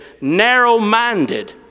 narrow-minded